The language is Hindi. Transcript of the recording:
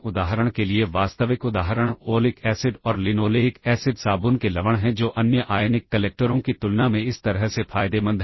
तो ऐसा है यदि यह मुख्य प्रोग्राम है जहाँ से मैं इस सबरूटीन को कॉल कर रहा हूँ